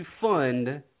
fund